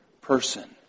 person